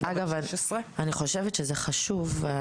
ילדה בת 16. אני חושבת שזה חשוב,